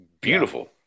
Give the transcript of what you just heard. Beautiful